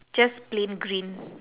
just plain green